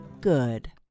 good